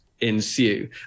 ensue